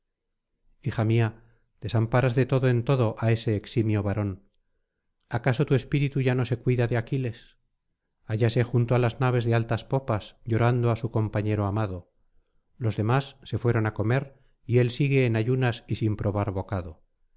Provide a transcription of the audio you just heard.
hija mía desamparas de todo en todo á ese eximio varón acaso tu espíritu ya no se cuida de aquiles hállase junto á las naves de altas popas llorando ásu compañero amado los demás se fueron á comer y él sigue en ayunas y sin probar bocado